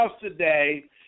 today